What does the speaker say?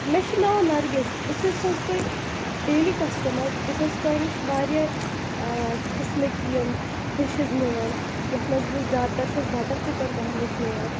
مےٚ چھُ ناو نَرگِس بہٕ چھَس حظ تۄہہِ ڈیلی کَسٹَٕمَر بہٕ چھَس تۄہہِ نِش واریاہ قٕسمٕکۍ یم ڈِشِز نِوان یَتھ منٛز بہٕ زیادٕ تَر چھَس بَٹر چِکَن تۄہہِ نِش نِوان